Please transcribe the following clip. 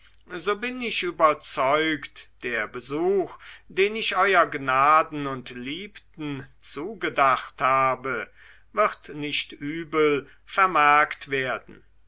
so bin ich überzeugt der besuch den ich ew gnaden und liebden zugedacht habe wird nicht übel vermerkt werden